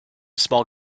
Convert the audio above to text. small